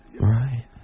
Right